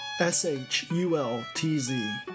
s-h-u-l-t-z